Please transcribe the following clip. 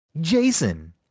Jason